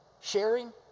sharing